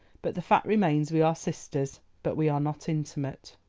but the fact remains we are sisters but we are not intimate.